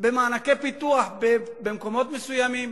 במענקי פיתוח במקומות מסוימים,